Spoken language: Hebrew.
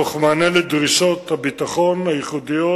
תוך מענה לדרישות הביטחון הייחודיות